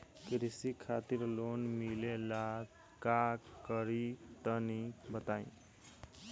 कृषि खातिर लोन मिले ला का करि तनि बताई?